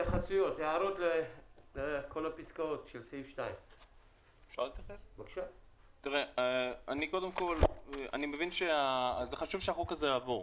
התייחסויות לפסקאות סעיף 2. חשוב שהחוק הזה יעבור.